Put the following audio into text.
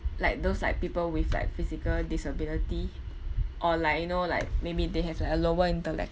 like those like people with like physical disability or like you know like maybe they have like a lower intellectual